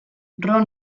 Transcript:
ron